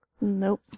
Nope